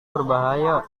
berbahaya